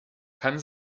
kann